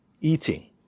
eating